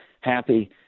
happy